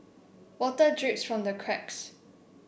water drips from the cracks